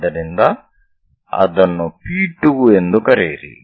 ಆದ್ದರಿಂದ ಅದನ್ನು P 2 ಎಂದು ಕರೆಯಿರಿ